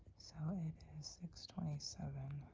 so it's six twenty seven